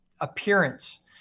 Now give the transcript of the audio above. appearance